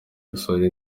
gusohora